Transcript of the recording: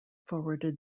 forwarded